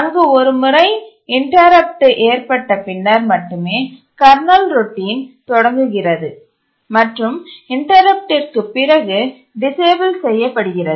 அங்கு ஒரு முறை இன்டரப்ட்டடு ஏற்பட்ட பின்னர் மட்டுமே கர்னல் ரோட்டின் தொடங்குகிறது மற்றும் இன்டரப்ட்டிற்குப் பிறகு டிசேபிள் செய்ய படுகிறது